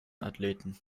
athleten